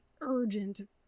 urgent